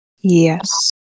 Yes